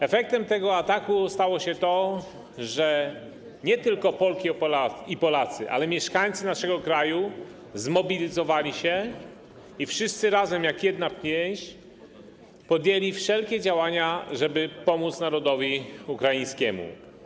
Efektem tego ataku było to, że nie tylko Polki i Polacy, ale też mieszkańcy naszego kraju zmobilizowali się i wszyscy razem jak jedna pięść podjęli wszelkie działania, żeby pomóc narodowi ukraińskiemu.